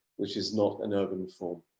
which is not an urban form.